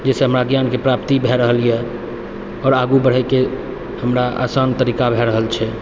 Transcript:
जाहिसँ हमरा ज्ञानके प्राप्ति भऽ रहल यऽ आओर आगू बढैके हमरा आसान तरीका भऽ रहल छै